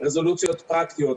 רזולוציות פרקטיות.